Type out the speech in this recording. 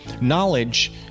Knowledge